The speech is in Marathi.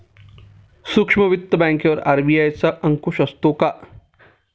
सूक्ष्म वित्त बँकेवर आर.बी.आय चा अंकुश असतो का?